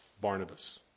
Barnabas